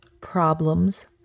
problems